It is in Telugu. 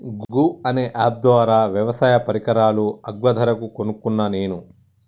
గూ అనే అప్ ద్వారా వ్యవసాయ పరికరాలు అగ్వ ధరకు కొనుకున్న నేను